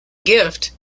gift